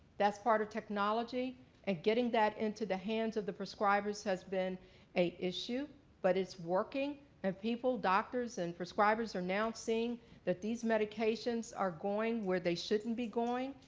that's part of technology and getting that into the hands of the prescribers has been an issue but it's working and people, doctors and prescribers are now seeing that these medications are going where they shouldn't be going,